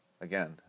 again